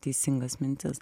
teisingas mintis